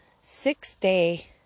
six-day